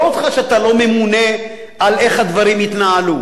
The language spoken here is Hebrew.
לא עליך, שאתה לא ממונה על איך הדברים יתנהלו,